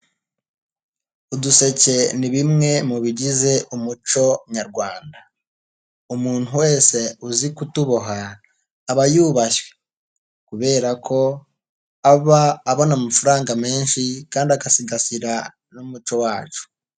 Iduseke ni bimwe mu bigize umuco nyarwanda . Umuntu wese uzi kutuboha aba yubashywe, kubera ko aba abona amafaranga menshi kandi agasigasira n'umuco wacu.